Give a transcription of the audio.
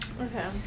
Okay